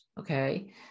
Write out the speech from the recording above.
okay